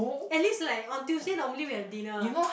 at least like on Tuesday normally we have dinner